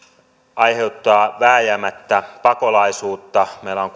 aiheuttaa vääjäämättä pakolaisuutta meillä on